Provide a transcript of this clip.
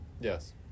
Yes